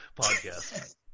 podcast